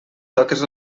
toques